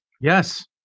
Yes